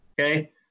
okay